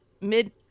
mid